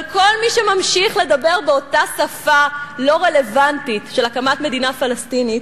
אבל כל מי שממשיך לדבר באותה שפה לא רלוונטית של הקמת מדינה פלסטינית,